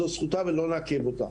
זו זכותה ולא נעכב אותה.